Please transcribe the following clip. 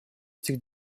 этих